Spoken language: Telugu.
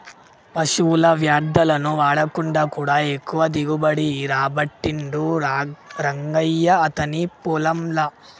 పశువుల వ్యర్ధాలను వాడకుండా కూడా ఎక్కువ దిగుబడి రాబట్టిండు రంగయ్య అతని పొలం ల